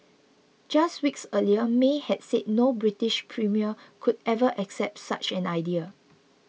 just weeks earlier May had said no British premier could ever accept such an idea